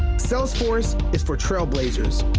salesforce is for trailblazers,